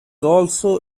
also